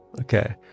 Okay